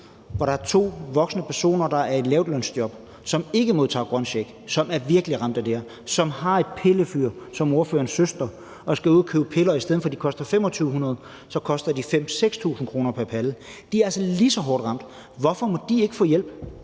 hvor der er to voksne personer i et lavtlønsjob, som ikke modtager en grøn check, og som virkelig er ramt af det her. De har måske et pillefyr ligesom ordførerens søster og skal ud at købe piller, hvor det i stedet for at koste 2.500 kr. koster 5.000-6.000 kr. pr. palle. De er så lige så hårdt ramt. Hvorfor må de ikke få hjælp?